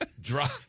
drop